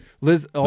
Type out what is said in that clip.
Liz